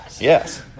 yes